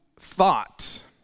thought